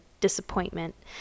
disappointment